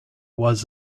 was